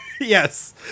Yes